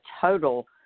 total